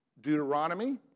Deuteronomy